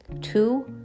two